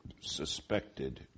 suspected